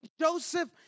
Joseph